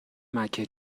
مکه